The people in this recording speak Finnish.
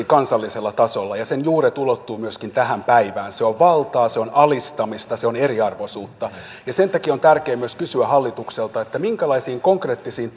kansallisella tasolla ja sen juuret ulottuvat myöskin tähän päivään se on valtaa se on alistamista se on eriarvoisuutta sen takia on tärkeä myös kysyä hallitukselta minkälaisiin konkreettisiin